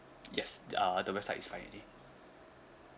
yes uh the website is fine already